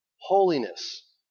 holiness